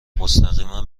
مستقیما